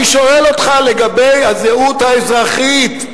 אני שואל אותך לגבי הזהות האזרחית,